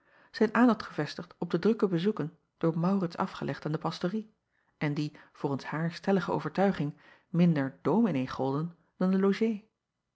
zijn aandacht gevestigd op de drukke bezoeken door aurits afgelegd aan de pastorie en die volgens haar stellige overtuiging minder ominee golden dan de logée